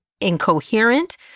incoherent